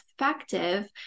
effective